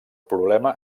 problema